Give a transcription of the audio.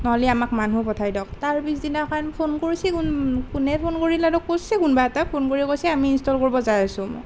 নহ'লে আমাক মানুহ পঠাই দিয়ক তাৰ পিছদিনাখন ফোন কৰিছে কোন কোনে ফোন কৰিলে আৰু কৰিছে কোনোবা এটা ফোন কৰি কৈছে আমি ইনষ্টল কৰিব যাই আছোঁ